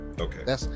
Okay